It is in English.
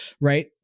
Right